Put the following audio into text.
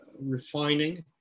refining